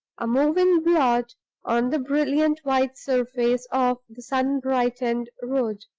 a moving blot on the brilliant white surface of the sun-brightened road.